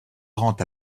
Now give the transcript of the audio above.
rend